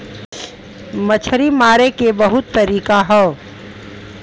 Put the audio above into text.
मछरी मारे के बहुते तरीका हौ